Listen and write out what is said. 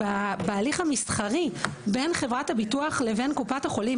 בהליך המסחרי בין חברת הביטוח לבין קופת החולים.